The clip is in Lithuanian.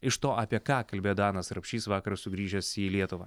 iš to apie ką kalbėjo danas rapšys vakar sugrįžęs į lietuvą